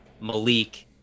Malik